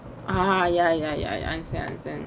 ah ya ya ya ya I understand